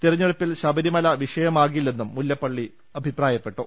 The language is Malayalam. തെരഞ്ഞെടുപ്പിൽ ശബരിമല വിഷയ മാകില്ലെന്നും മുല്ലപ്പള്ളി അഭിപ്രായപ്പെട്ടു